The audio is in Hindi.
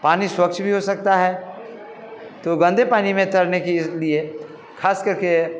पानी स्वच्छ भी हो सकता है तो गन्दे पानी में तैरने के लिए ख़ास करके